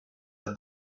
the